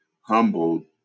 humbled